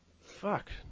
Fuck